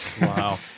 Wow